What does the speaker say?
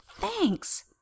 Thanks